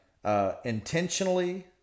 Intentionally